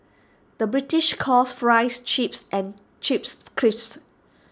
the British calls Fries Chips and Chips Crisps